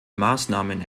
maßnahmen